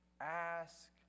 ask